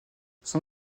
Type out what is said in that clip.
son